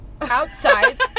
outside